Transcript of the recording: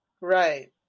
right